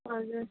हजुर